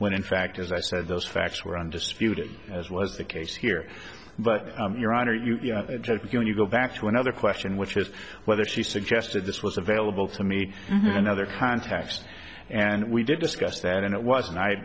when in fact as i said those facts were undisputed as was the case here but your honor you know you go back to another question which is whether she suggested this was available to me another context and we did discuss that and it was